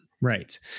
Right